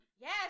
Yes